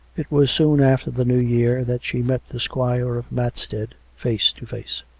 it was soon after the new year that she met the squire of matstead face to face.